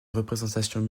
représentations